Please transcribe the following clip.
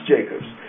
Jacobs